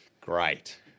Great